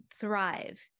thrive